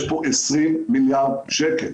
יש פה 20 מיליארד שקל.